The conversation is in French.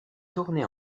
tourné